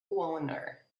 owner